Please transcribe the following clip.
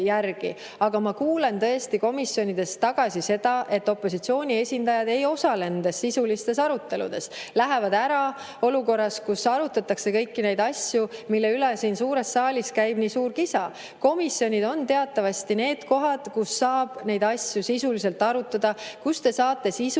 Aga ma kuulen komisjonidest seda, et opositsiooni esindajad ei osale nendes sisulistes aruteludes ja lähevad ära olukorras, kus arutatakse kõiki neid asju, mille üle siin suures saalis käib nii suur kisa. Komisjonid on teatavasti need kohad, kus saab neid asju sisuliselt arutada, kus te saate sisuliselt